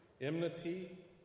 enmity